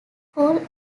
cool